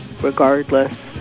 regardless